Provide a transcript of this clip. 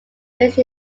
raised